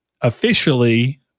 officially